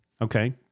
okay